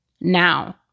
now